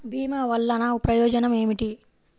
భీమ వల్లన ప్రయోజనం ఏమిటి?